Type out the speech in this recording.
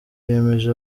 yemeje